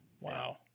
wow